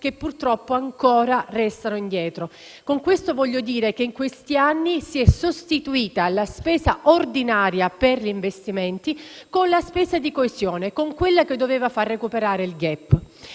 che - ahimè - ancora restano indietro. Con questo voglio dire che negli ultimi anni si è sostituita la spesa ordinaria per gli investimenti con la spesa di coesione, quella che doveva far recuperare il *gap*.